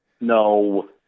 No